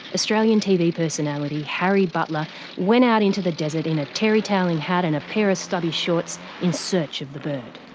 australian tv personality harry butler went out into the desert in a terry-towelling hat and a pair of stubby shorts in search of the bird.